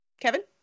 Kevin